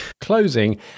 closing